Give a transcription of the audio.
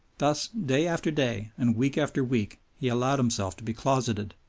thus day after day and week after week, he allowed himself to be closeted,